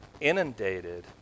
inundated